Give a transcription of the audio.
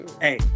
Hey